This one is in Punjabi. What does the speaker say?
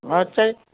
ਅੱਛਾ